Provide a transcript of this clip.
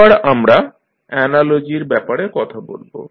এবার আমরা অ্যানালজির ব্যাপারে কথা বলবো